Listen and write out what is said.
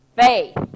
faith